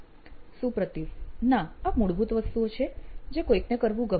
સુપ્રતિવ ના આ મૂળભૂત વસ્તુઓ છે જે કોઈકને કરવું ગમે